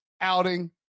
outing